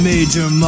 Major